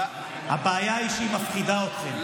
הבעיה היא שהיא מפחידה אתכם.